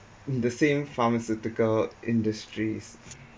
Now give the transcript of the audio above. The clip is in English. the same pharmaceutical industries